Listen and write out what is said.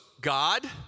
God